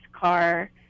car